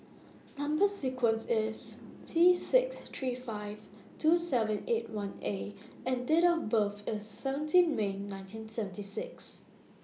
Number sequence IS T six three five two seven eight one A and Date of birth IS seventeen May nineteen seventy six